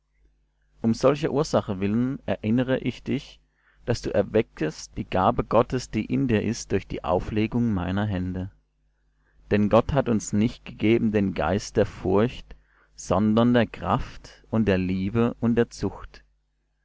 um solcher ursache willen erinnere ich dich daß du erweckest die gabe gottes die in dir ist durch die auflegung meiner hände denn gott hat uns nicht gegeben den geist der furcht sondern der kraft und der liebe und der zucht